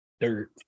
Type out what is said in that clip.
dirt